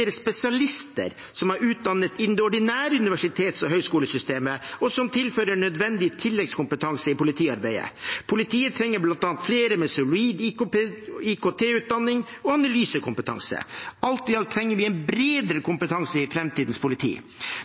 spesialister som er utdannet innen det ordinære universitets- og høyskolesystemet, og som tilfører nødvendig tilleggskompetanse i politiarbeidet. Politiet trenger bl.a. flere med solid IKT-utdanning og analysekompetanse. Alt i alt trenger vi en bredere kompetanse i framtidens politi.